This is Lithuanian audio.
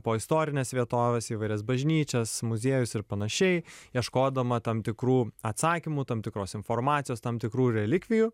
po istorines vietoves įvairias bažnyčias muziejus ir panašiai ieškodama tam tikrų atsakymų tam tikros informacijos tam tikrų relikvijų